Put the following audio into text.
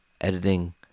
editing